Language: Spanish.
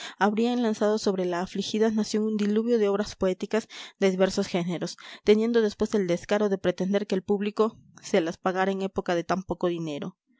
habrían lanzado sobre la afligida nación un diluvio de obras poéticas de diversos géneros teniendo después el descaro de pretender que el público se las pagara en época de tan poco dinero